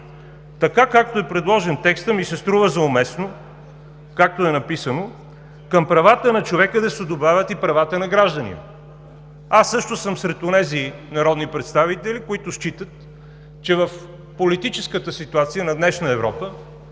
както е предложен текстът, ми се струва за уместно към правата на човека да се добавят и правата на гражданите. Аз също съм сред онези народни представители, които стичат, че в политическата ситуация на днешна Европа